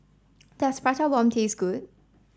does Prata Bomb taste good